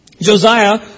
Josiah